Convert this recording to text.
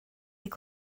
wedi